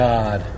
God